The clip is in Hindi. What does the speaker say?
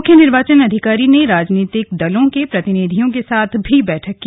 मुख्य निर्वाचन अधिकारी ने राजनीतिक दलों के प्रतिनि धियों के साथ भी बैठक की